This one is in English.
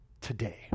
Today